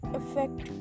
effect